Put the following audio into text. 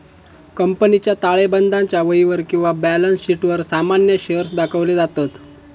कंपनीच्या ताळेबंदाच्या वहीवर किंवा बॅलन्स शीटवर सामान्य शेअर्स दाखवले जातत